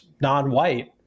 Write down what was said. non-white